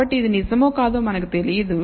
కాబట్టి ఇది నిజమో కాదో మనకు తెలియదు